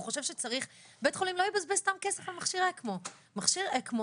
חושב שצריך בית חולים לא יבזבז סתם כסף על מכשיר אקמו.